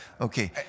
Okay